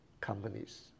companies